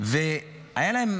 והייתה להם